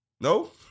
No